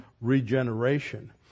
regeneration